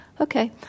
Okay